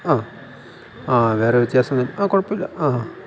ആ ആ വേറെ വ്യത്യാസം ആ കൊഴപ്പില്ല ആ ആ